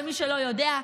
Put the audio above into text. למי שלא יודע,